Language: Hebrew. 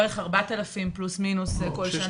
והילדים האלרגיים זה בערך 4,000 פלוס-מינוס כל שנה.